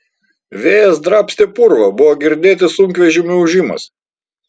vėjas drabstė purvą buvo girdėti sunkvežimių ūžimas